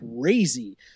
crazy